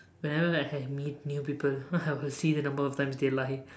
whenever I have meet new people I will see the number of times they lie